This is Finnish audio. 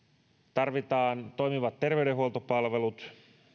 tarvitaan toimivat terveydenhuoltopalvelut